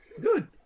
Good